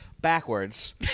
backwards